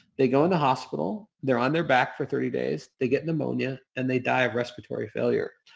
they go in the hospital. they're on their back for thirty days. they get pneumonia and they die of respiratory failure.